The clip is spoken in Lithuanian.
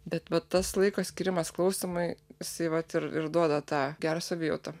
bet va tas laiko skyrimas klausymui jisai vat ir ir duoda tą gerą savijautą